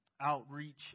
outreach